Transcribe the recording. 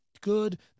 good